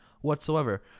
whatsoever